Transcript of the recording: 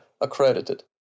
accredited